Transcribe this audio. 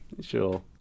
Sure